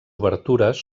obertures